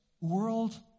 world